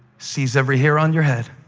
sees every hair on your head.